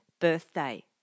birthday